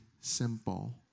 simple